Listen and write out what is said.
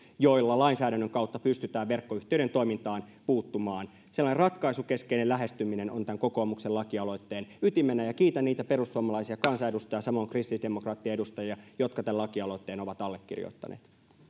joilla lainsäädännön kautta pystytään verkkoyhtiöiden toimintaan puuttumaan sellainen ratkaisukeskeinen lähestyminen on tämän kokoomuksen lakialoitteen ytimenä kiitän niitä perussuomalaisia kansanedustajia samoin kristillisdemokraattien edustajia jotka tämän lakialoitteen ovat allekirjoittaneet